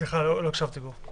לא הקשתי, גור.